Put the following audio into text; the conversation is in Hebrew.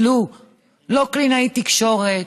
שהם לא יקבלו לא קלינאית תקשורת,